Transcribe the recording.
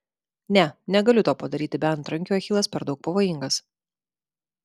ne negaliu to padaryti be antrankių achilas per daug pavojingas